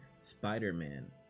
Spider-Man